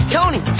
Tony